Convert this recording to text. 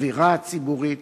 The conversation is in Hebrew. האווירה הציבורית,